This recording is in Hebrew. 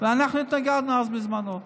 אנחנו אז בזמנו התנגדנו,